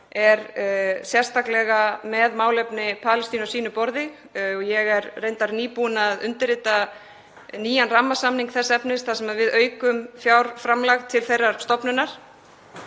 er sérstaklega með málefni Palestínu á sínu borði. Ég er reyndar nýbúin að undirrita nýjan rammasamning þess efnis þar sem við aukum fjárframlag til þeirrar stofnunar.